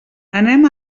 anem